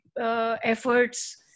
efforts